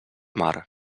mar